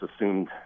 assumed